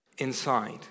Inside